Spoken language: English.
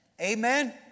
Amen